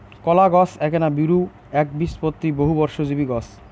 কলাগছ এ্যাকনা বীরু, এ্যাকবীজপত্রী, বহুবর্ষজীবী গছ